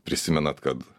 prisimenat kad